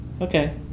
Okay